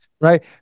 right